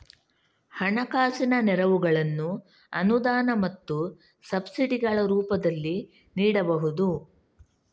ಹಣಕಾಸಿನ ನೆರವುಗಳನ್ನು ಅನುದಾನ ಮತ್ತು ಸಬ್ಸಿಡಿಗಳ ರೂಪದಲ್ಲಿ ನೀಡಬಹುದು